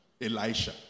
Elisha